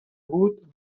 بود